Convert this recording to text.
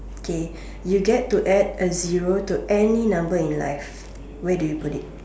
okay you get to add a zero to any number in life where do you put it